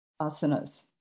asanas